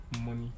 money